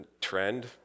trend